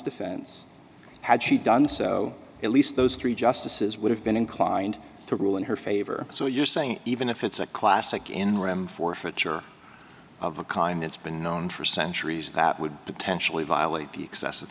defense had she done so at least those three justices would have been inclined to rule in her favor so you're saying even if it's a classic in rem forfeiture of a kind that's been known for centuries that would potentially violate the excess